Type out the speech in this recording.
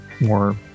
more